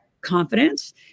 confidence